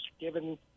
given